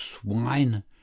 swine